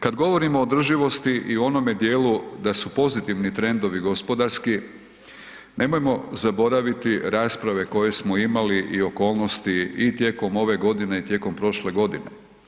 Kad govorimo o održivosti i onome dijelu da su pozitivni trendovi gospodarski nemojmo zaboraviti rasprave koje smo imali i okolnosti i tijekom ove godine i tijekom prošle godine.